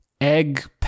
Egg